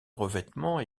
revêtement